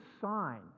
sign